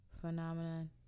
phenomenon